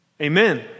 Amen